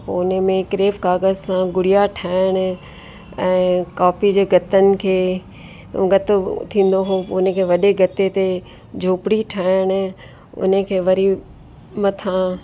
त पो उने में क्रेफ काग़ज सां गुड़िया ठाहिणु ऐं कॉपी जे गतनि खे गतो थींदो हुओ पोइ उनखे वॾे गते ते झोपड़ी ठाहिणु उन खे वरी मथां